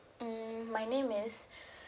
mm my name is